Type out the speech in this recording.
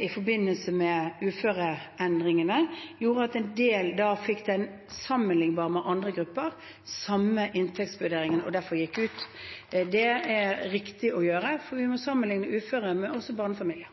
i forbindelse med uføreendringene, gjorde at en del da fikk den sammenlignbar med andre grupper, fikk den samme inntektsvurderingen, og derfor gikk ut. Det er riktig å gjøre, for vi må også sammenligne uføre med barnefamilier.